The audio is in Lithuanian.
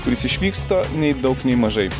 kuris išvyksta nei daug nei mažai